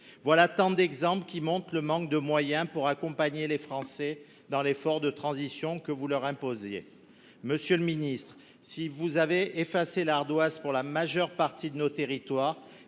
voilà autant d’exemples montrant le manque de moyens pour accompagner les Français dans l’effort de transition que vous leur imposiez. Monsieur le ministre, si vous avez effacé l’ardoise pour la majeure partie de nos territoires,